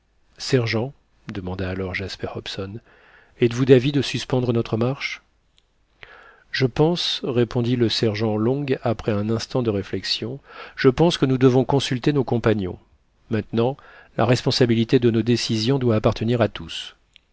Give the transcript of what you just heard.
sergent demanda alors jasper hobson êtes-vous d'avis de suspendre notre marche je pense répondit le sergent long après un instant de réflexion je pense que nous devons consulter nos compagnons maintenant la responsabilité de nos décisions doit appartenir à tous